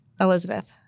Elizabeth